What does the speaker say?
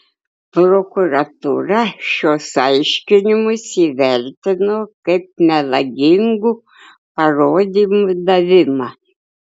prokuratūra šiuos aiškinimus įvertino kaip melagingų parodymų davimą